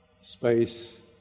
space